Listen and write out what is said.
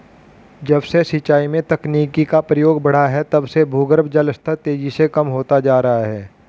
जब से सिंचाई में तकनीकी का प्रयोग बड़ा है तब से भूगर्भ जल स्तर तेजी से कम होता जा रहा है